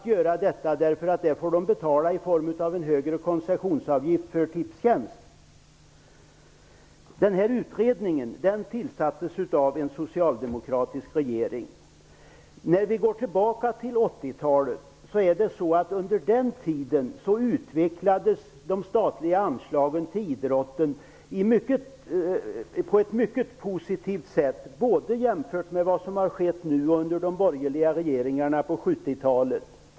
Idrottsrörelsen får ju betala i form av en högre koncessionsavgift för AB Utredningen tillsattes av en socialdemokratisk regering. Om vi går tillbaka till 80-talet finner vi att de statliga anslagen till idrotten utvecklades på ett mycket positivt sätt under den tiden, både jämfört med vad som skett under denna borgerliga regering och under de borgerliga regeringarna under 70 talet.